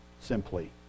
simply